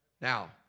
Now